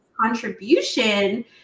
contribution